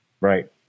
Right